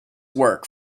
work